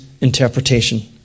interpretation